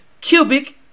cubic